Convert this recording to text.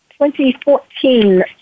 2014